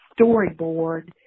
storyboard